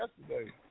yesterday